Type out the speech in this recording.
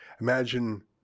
Imagine